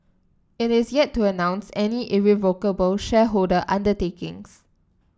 it is yet to announce any irrevocable shareholder undertakings